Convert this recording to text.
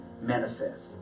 manifest